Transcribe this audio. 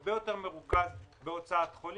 הרבה יותר מרוכז בהוצאת חולים.